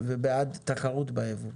ובעד תחרות ביבוא.